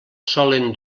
solen